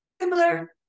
similar